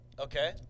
Okay